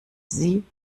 sie